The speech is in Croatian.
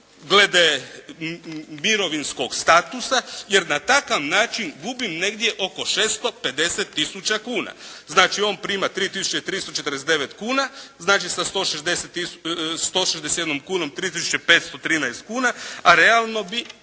glede mirovinskog statusa jer na takav način gubim negdje oko 650 tisuća kuna. Znači on prima 3.349,00 kuna znači sa 161,00 kunom 3.513,00 kuna a realno bi